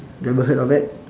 never heard of that